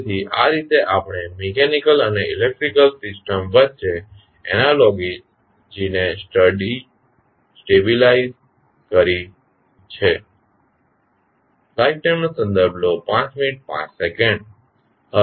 તેથી આ રીતે આપણે મિકેનીકલ અને ઇલેકટ્રીકલ સિસ્ટમ વચ્ચે એનાલોજીને સ્ટેડી કરીએ છીએ